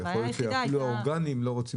יכול להיות שאפילו האורגנים לא רוצים